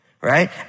right